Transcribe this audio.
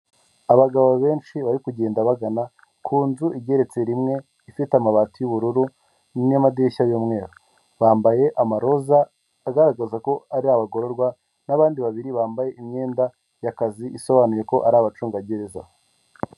Abagabo benshi bari kugenda bagana ku nzu igeretse rimwe ifite amabati y'ubururu n'amadirishya y'umweru, bambaye amaroza agaragaza ko ari abagororwa n'abandi babiri bambaye imyenda y'akazi isobanuye ko ari abacungagereza.